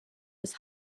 was